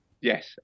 Yes